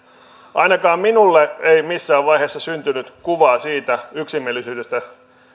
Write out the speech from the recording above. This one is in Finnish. ainakaan minulle ei missään vaiheessa syntynyt kuvaa siitä yksimielisyydestä